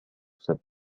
تصدق